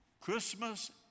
Christmas